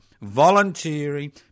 volunteering